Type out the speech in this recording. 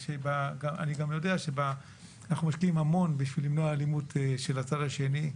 אני גם יודע שאנחנו משקיעים המון כדי למנוע אלימות של הצד השני,